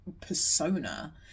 persona